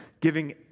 giving